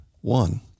one